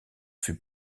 fût